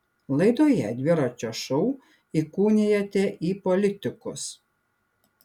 laidoje dviračio šou įkūnijate į politikus